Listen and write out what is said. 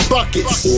Buckets